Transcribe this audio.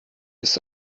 ist